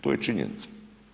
To je činjenica.